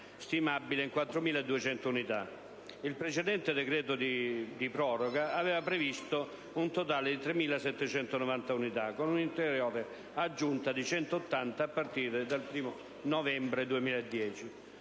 stimabile in 4.200 unità. Il precedente decreto di proroga aveva previsto una totale di 3.790 unità, con un'ulteriore aggiunta di 180 unità a partire dal 1° novembre 2010.